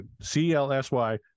C-L-S-Y-